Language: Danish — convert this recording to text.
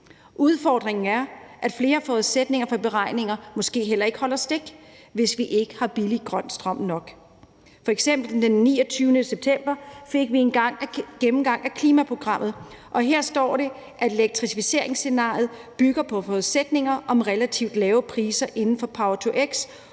Udfordringen er, at flere forudsætninger for beregninger måske heller ikke holder stik, hvis vi ikke har billig grøn strøm nok. F.eks. fik vi den 29. september en gennemgang af klimaprogrammet, og her står der, at elektrificeringsscenariet bygger på forudsætninger om relativt lave priser inden for power-to-x